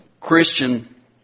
Christian